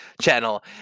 channel